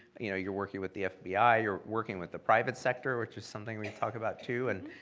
you know you're working with the fbi. you're working with the private sector, which is something we talk about, too, and